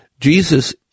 Jesus